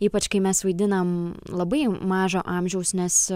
ypač kai mes vaidinam labai mažo amžiaus nes